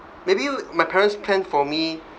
maybe my parents planned for me